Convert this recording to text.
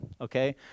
okay